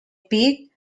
peak